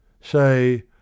say